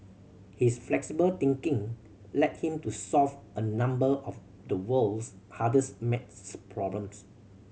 his flexible thinking led him to solve a number of the world's hardest maths problems